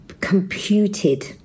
computed